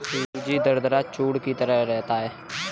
सूजी दरदरा चूर्ण की तरह होता है